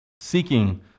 seeking